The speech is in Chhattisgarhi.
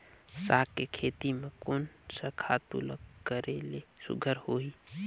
साग के खेती म कोन स खातु ल करेले सुघ्घर होही?